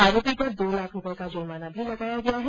अरोपी पर दो लाख रूपए का जुर्माना भी लगाया है